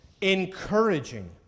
encouraging